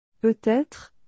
Peut-être